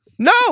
No